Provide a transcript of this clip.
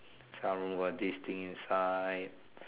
some room got this thing inside